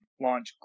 launch